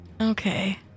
Okay